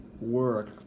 work